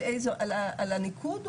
על הניקוד?